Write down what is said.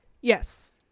Yes